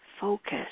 Focus